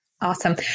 Awesome